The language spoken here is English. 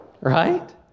Right